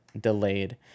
delayed